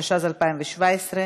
התשע"ז 2017,